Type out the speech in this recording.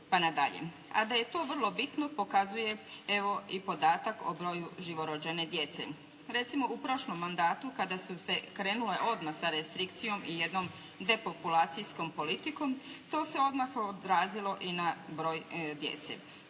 A da je to vrlo bitno pokazuje evo i podatak o broju živorođene djece. Recimo, u prošlom mandatu kada se krenulo odmah sa restrikcijom i jednom depopulacijskom politikom to se odmah odrazilo i na broj djece.